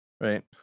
Right